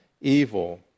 evil